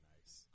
Nice